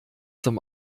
zum